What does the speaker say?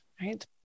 right